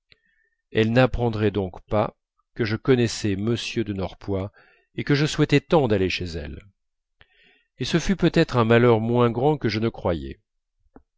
elle n'apprendrait donc pas que je connaissais m de norpois et que je souhaitais tant d'aller chez elle et ce fut peut-être un malheur moins grand que je ne croyais